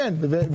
כן, כן.